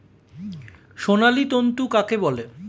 সোনালী তন্তু কাকে বলে?